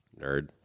Nerd